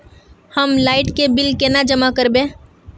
हम लाइट के बिल केना जमा करबे?